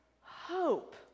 hope